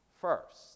first